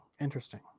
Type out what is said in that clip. Interesting